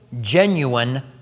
genuine